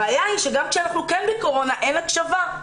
הבעיה היא שגם כשאנחנו כן בקורונה אין הקשבה.